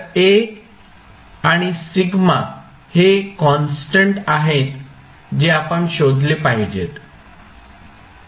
तर A आणि σ हे कॉन्स्टंट आहेत जे आपण शोधले पाहिजेत